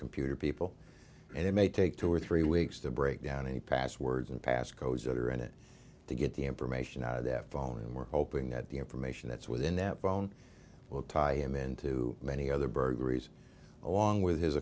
computer people and it may take two or three weeks to break down any passwords and pass codes that are in it to get the information out of that phone and we're hoping that the information that's within that phone will tie him into many other burglaries along with his